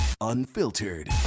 Unfiltered